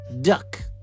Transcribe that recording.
duck